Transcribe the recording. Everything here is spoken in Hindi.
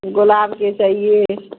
गुलाब के चाहिए